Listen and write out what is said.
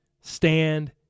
stand